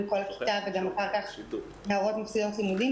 כל הכיתה וגם אחר כך נערות מפסידות לימודים.